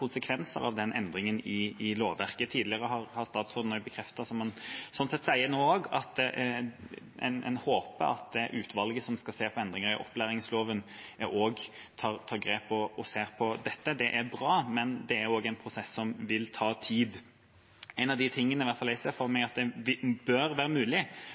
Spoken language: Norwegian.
konsekvenser av den endringen i lovverket. Tidligere har statsråden sagt at han håper at utvalget som skal se på endringene i opplæringsloven, også tar grep og ser på dette, og det er bra, men det er også en prosess som vil ta tid. En av de tingene i hvert fall jeg ser for meg som bør være mulig